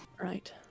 Right